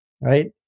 right